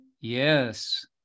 Yes